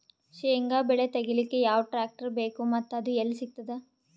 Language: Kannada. ಶೇಂಗಾ ಬೆಳೆ ತೆಗಿಲಿಕ್ ಯಾವ ಟ್ಟ್ರ್ಯಾಕ್ಟರ್ ಬೇಕು ಮತ್ತ ಅದು ಎಲ್ಲಿ ಸಿಗತದ?